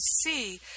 see